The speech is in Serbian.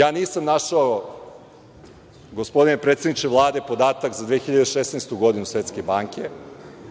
Ja nisam našao, gospodine predsedniče Vlade, podatak za 2016. godinu Svetske banke,